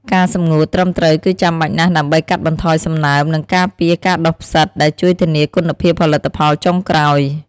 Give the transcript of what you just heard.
ការសម្ងួតត្រឹមត្រូវគឺចាំបាច់ណាស់ដើម្បីកាត់បន្ថយសំណើម និងការពារការដុះផ្សិត ដែលជួយធានាគុណភាពផលិតផលចុងក្រោយ។